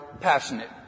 passionate